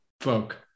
folk